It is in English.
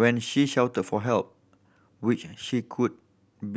when she shouted for help which she could